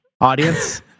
audience